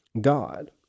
God